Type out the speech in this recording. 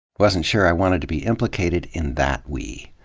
wasn't sure i wanted to be implicated in that we.